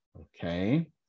okay